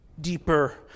deeper